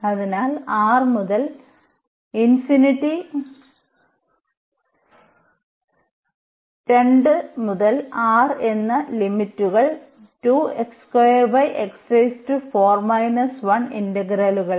അതിനാൽ R മുതൽ 2 മുതൽ R എന്ന ലിമിറ്റുകൾ